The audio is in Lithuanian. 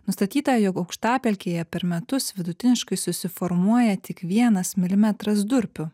nustatyta jog aukštapelkėje per metus vidutiniškai susiformuoja tik vienas milimetras durpių